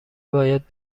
باید